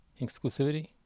Exclusivity